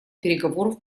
переговоров